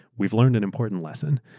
we've learned an important lesson.